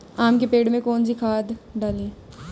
आम के पेड़ में कौन सी खाद डालें?